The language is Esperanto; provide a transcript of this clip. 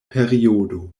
periodo